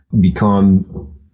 become